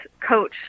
coach